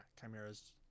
chimera's